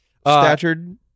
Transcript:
statured